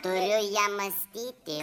turiu ja mąstyti